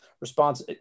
response